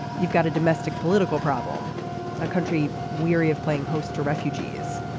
you've got a domestic political problem a country weary of playing host to refugees.